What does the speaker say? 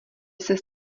ses